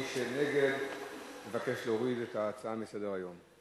ומי שנגד מבקש להוריד את ההצעה מסדר-היום.